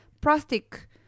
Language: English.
plastic